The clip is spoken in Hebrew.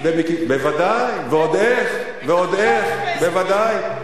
בוודאי, ועוד איך, ועוד איך, בוודאי.